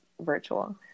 virtual